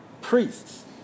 priests